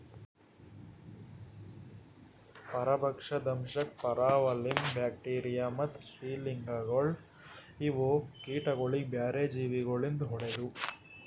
ಪರಭಕ್ಷ, ದಂಶಕ್, ಪರಾವಲಂಬಿ, ಬ್ಯಾಕ್ಟೀರಿಯಾ ಮತ್ತ್ ಶ್ರೀಲಿಂಧಗೊಳ್ ಇವು ಕೀಟಗೊಳಿಗ್ ಬ್ಯಾರೆ ಜೀವಿ ಗೊಳಿಂದ್ ಹೊಡೆದು